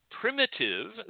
primitive